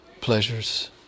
pleasures